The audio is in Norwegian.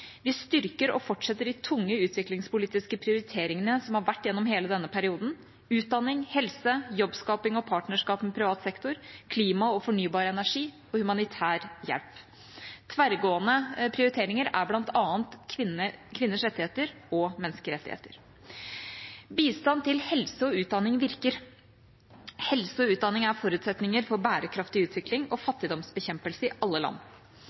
Vi styrker og fortsetter de tunge utviklingspolitiske prioriteringene som har vært gjennom hele denne perioden – utdanning, helse, jobbskaping og partnerskap med privat sektor, klima og fornybar energi og humanitær hjelp. Tverrgående prioriteringer er bl.a. kvinners rettigheter og menneskerettigheter. Bistand til helse og utdanning virker. Helse og utdanning er forutsetninger for bærekraftig utvikling og fattigdomsbekjempelse i alle land.